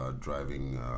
driving